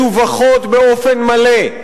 מדווחות באופן מלא,